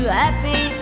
happy